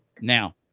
Now